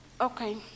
Okay